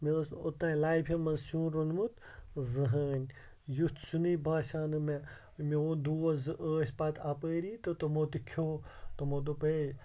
مےٚ اوس نہٕ اوٚتانۍ لایفہِ مَنٛز سِیُن رونمُت زٕہٕنۍ یُتھ سِینُے باسیو نہٕ مےٚ میون دوس زٕ ٲسۍ پَتہٕ اَپٲری تہٕ تِمو تہِ کھٮ۪و تِمو دوٚپ اے